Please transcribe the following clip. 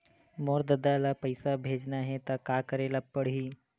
मोर ददा ल पईसा भेजना हे त का करे ल पड़हि?